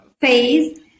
phase